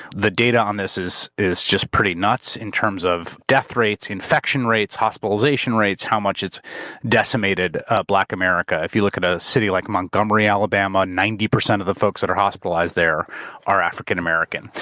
the data on this is is just pretty nuts in terms of death rates, infection rates, hospitalization rates, how much it's decimated black america. if you look at a city like montgomery, alabama, ninety percent of the folks that are hospitalized there are african american.